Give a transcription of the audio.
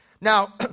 Now